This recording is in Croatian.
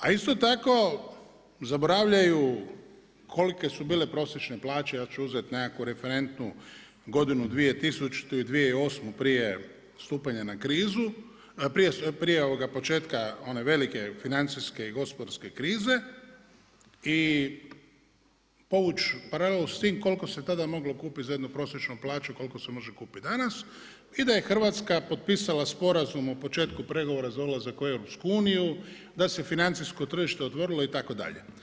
A isto tako zaboravljaju kolike su bile prosječne plaće, ja ću uzeti nekakvu referentnu godinu 2000. i 2008. prije početka one velike financijske i gospodarske krize i povuć paralelu s tim koliko se tada moglo kupiti za jednu prosječnu plaću koliko se može kupiti danas i da je Hrvatska potpisala sporazum o početku pregovora za ulazak u EU, da se financijsko tržište otvorilo itd.